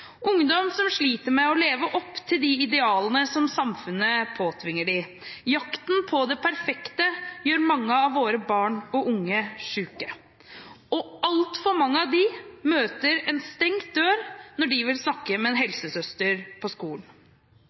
ungdom som sliter med å leve opp til de idealene som samfunnet påtvinger dem. Jakten på det perfekte gjør mange av våre barn og unge syke, og altfor mange av dem møter en stengt dør når de vil snakke med en helsesøster på skolen.